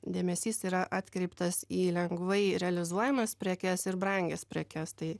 dėmesys yra atkreiptas į lengvai realizuojamas prekes ir brangias prekes tai